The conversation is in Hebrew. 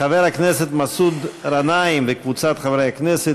חבר הכנסת מסעוד גנאים וקבוצת חברי כנסת